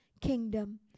kingdom